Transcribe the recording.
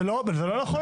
זה לא נכון.